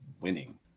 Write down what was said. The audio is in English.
winning